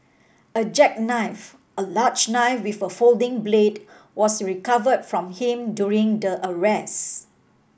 a jackknife a large knife with a folding blade was recovered from him during the arrest